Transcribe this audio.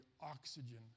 oxygen